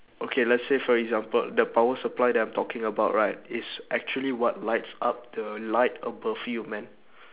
okay let's say for example the power supply that I'm talking about right is actually what lights up the light above you man